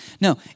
No